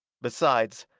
besides,